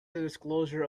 disclosure